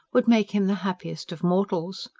would make him the happiest of mortals.